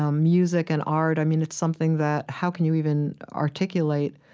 um music and art, i mean, it's something that how can you even articulate